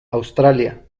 australia